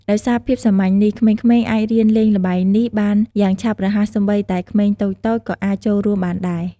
ដោយសារភាពសាមញ្ញនេះ ក្មេងៗអាចរៀនលេងល្បែងនេះបានយ៉ាងឆាប់រហ័ស សូម្បីតែក្មេងតូចៗក៏អាចចូលរួមបានដែរ។